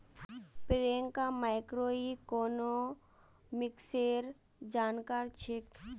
प्रियंका मैक्रोइकॉनॉमिक्सेर जानकार छेक्